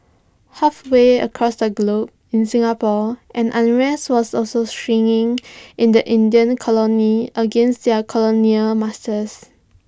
halfway across the globe in Singapore an unrest was also stirring in the Indian colony against their colonial masters